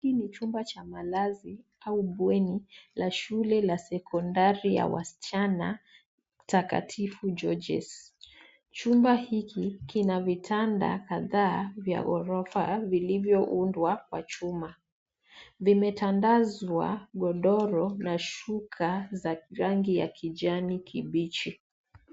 Hii ni chumba cha malazi au bweni la shule la sekondari ya wasichana takatifu Georges. Chumba hiki kina vitanda kadhaa vya ghorofa vilivyoundwa kwa chuma. Vimetandazwa gidoro na shuka za rangi ya kijani kibichi.